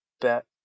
Bet